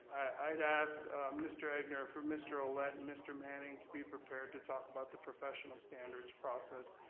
i'd ask mr. egnor for mr. ouellette and mr. manning to be prepared to talk about the professional standards process.